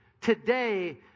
today